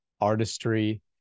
artistry